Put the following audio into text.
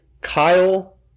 Kyle